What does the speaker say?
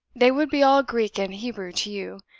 they would be all greek and hebrew to you.